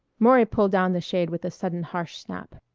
maury pulled down the shade with a sudden harsh snap.